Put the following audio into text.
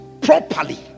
properly